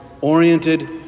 oriented